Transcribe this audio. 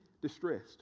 distressed